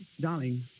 Darling